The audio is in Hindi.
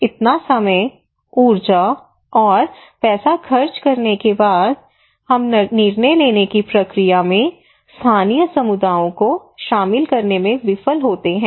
इतना समय ऊर्जा और पैसा खर्च करने के बाद हम निर्णय लेने की प्रक्रिया में स्थानीय समुदायों को शामिल करने में विफल होते हैं